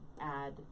add